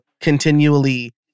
continually